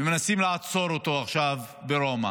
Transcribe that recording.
מנסים לעצור אותו עכשיו ברומא.